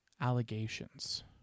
allegations